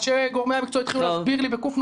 גורמי המקצוע התחילו להסביר לי בק"ן